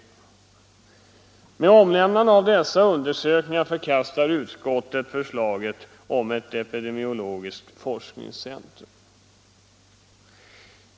Med omnämnande av dessa undersökningar förkastar utskottet förslaget om ett epidemiologiskt forskningscentrum.